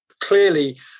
clearly